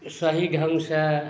सही ढङ्गसँ